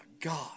God